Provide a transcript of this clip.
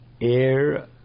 air